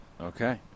Okay